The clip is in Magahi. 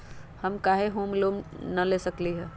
हम काहे होम लोन न ले सकली ह?